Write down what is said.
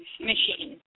machine